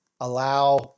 allow